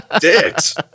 dicks